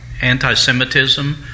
anti-Semitism